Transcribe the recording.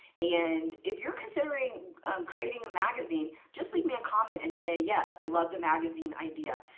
and if you're considering creating a magazine, just leave me a comment and say, yes, i love the magazine idea.